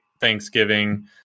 Thanksgiving